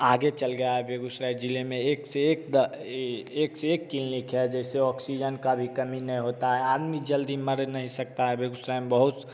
आगे चल गया है बेगूसराय जिले में एक से एक एक से एक क्लीनिक है जैसे ऑक्सीजन का भी कमी नहीं होता है आदमी जल्दी मर नहीं सकता है बेगूसराय में बहुत